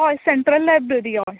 हय central library हय